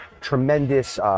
tremendous